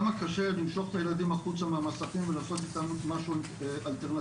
כמה קשה למשוך את הילדים החוצה מהמסכים ולעשות איתם משהו אלטרנטיבי,